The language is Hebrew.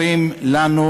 נתנו